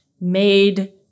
made